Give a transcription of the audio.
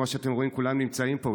כמו שאתם רואים, כולם נמצאים פה.